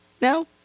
no